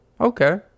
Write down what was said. Okay